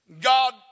God